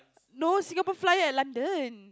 no Singapore Flyer London